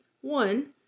One